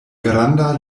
granda